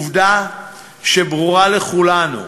עובדה שברורה לכולנו.